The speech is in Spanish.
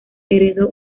heredó